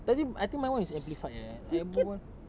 but I think I think my [one] is amplified eh like berbual